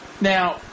now